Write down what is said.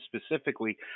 specifically